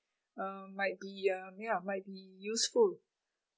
um might be um ya might be useful